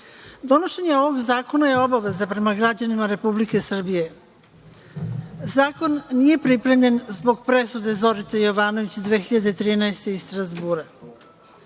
slučaju. Donošenje ovog zakona je obaveza prema građanima Republike Srbije. Zakon nije pripremljen zbog presude Zorice Jovanović 2013. godine iz Strazbura.